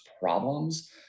problems